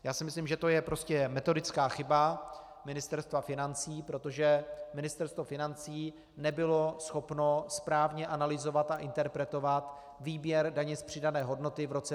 Já si myslím, že to je prostě metodická chyba Ministerstva financí, protože Ministerstvo financí nebylo schopno správně analyzovat a interpretovat výběr daně z přidané hodnoty v roce 2014.